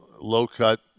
low-cut